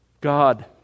God